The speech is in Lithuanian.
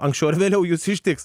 anksčiau ar vėliau jus ištiks